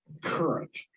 current